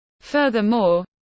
Furthermore